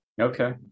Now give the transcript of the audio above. okay